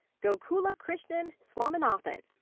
gokulakrishnan swaminathan.